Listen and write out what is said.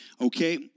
Okay